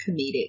comedic